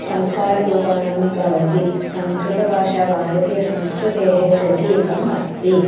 संस्काररूपाणां भवन्ति संस्कृतभाषा भारतीयसंस्कृतेः प्रतीकम् अस्ति